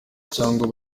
cyangwa